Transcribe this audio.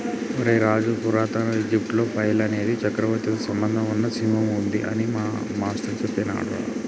ఒరై రాజు పురాతన ఈజిప్టులో ఫైల్ అనేది చక్రవర్తితో సంబంధం ఉన్న చిహ్నంగా ఉంది అని మా మాష్టారు సెప్పినాడురా